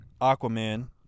Aquaman